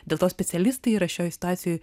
dėl to specialistai yra šioj situacijoj